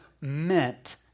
meant